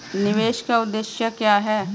निवेश का उद्देश्य क्या है?